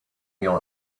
your